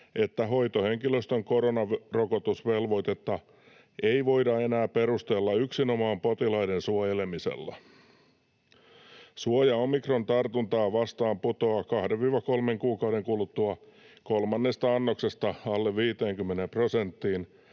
että hoitohenkilöstön koronarokotusvelvoitetta ei voida enää perustella yksinomaan potilaiden suojelemisella. Suoja omikrontartuntaa vastaan putoaa 2—3 kuukauden kuluttua kolmannesta annoksesta alle 50 prosenttiin.